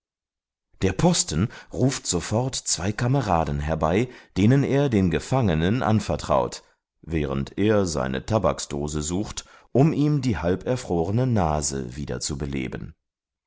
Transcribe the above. der posten ruft sofort zwei kameraden herbei denen er den gefangenen anvertraut während er seine tabaksdose sucht um ihm die halberfrorene nase wieder zu beleben